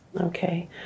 Okay